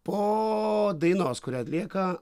po dainos kurią atlieka